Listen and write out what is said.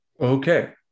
Okay